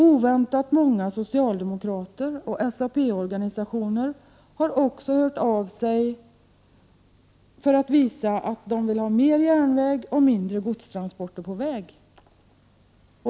Oväntat många socialdemokrater och SAP-organisationer har också hört av sig för att visa att de vill ha mer av järnväg och mindre av godstransporter på väg.